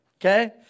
Okay